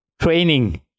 training